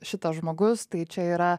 šitas žmogus tai čia yra